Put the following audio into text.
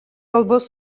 kalbos